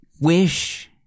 Wish